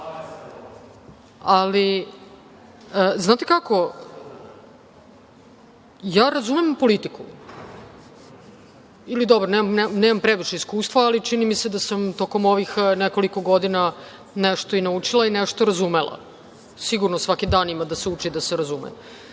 a ne napismeno. Ja razumem politiku, ili, dobro, nemam previše iskustva, ali čini mi se da sam tokom ovih nekoliko godina nešto naučila i razumela, sigurno da svaki dan ima da se uči da bi se razumelo,